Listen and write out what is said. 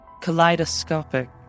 Kaleidoscopic